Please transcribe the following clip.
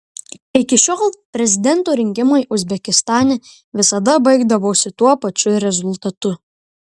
iki šiol prezidento rinkimai uzbekistane visada baigdavosi tuo pačiu rezultatu